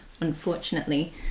Unfortunately